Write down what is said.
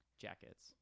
Jackets